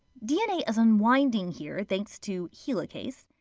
dna is unwinding here thanks to helicase.